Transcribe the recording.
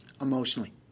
emotionally